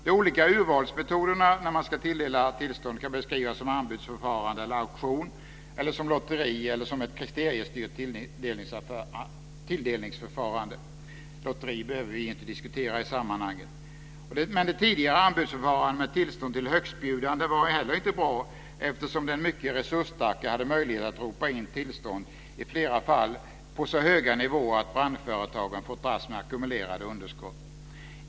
De olika urvalsmetoderna vid tilldelning av tillstånd kan beskrivas som anbudsförfarande eller auktion, eller som lotteri eller ett kriteriestyrt tilldelningsförfarande - lotteri behöver vi inte diskutera i sammanhanget. Det tidigare anbudsförfarandet, med tillstånd till högstbjudande, var heller inte bra eftersom den mycket resursstarke hade möjlighet att ropa in tillstånd, i flera fall på så höga nivåer att branschföretagen fått dras med ackumulerade underskott.